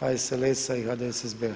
HSLS-a i HDSSB-a.